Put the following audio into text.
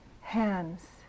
hands